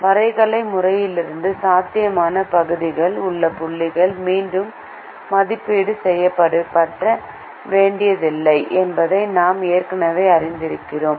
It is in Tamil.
வரைகலை முறையிலிருந்து சாத்தியமான பகுதிக்குள் உள்ள புள்ளிகள் மதிப்பீடு செய்யப்பட வேண்டியதில்லை என்பதை நாங்கள் ஏற்கனவே அறிந்திருக்கிறோம்